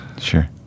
sure